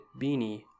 Beanie